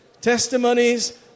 testimonies